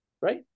right